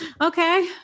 okay